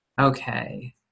okay